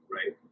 Right